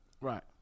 right